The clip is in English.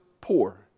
poor